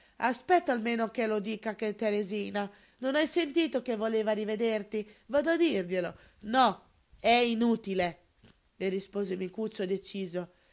aspetta almeno che lo dica a teresina non hai sentito che voleva rivederti vado a dirglielo no è inutile le rispose micuccio deciso